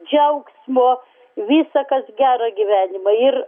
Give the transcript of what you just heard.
džiaugsmo visa kas gerą gyvenimą ir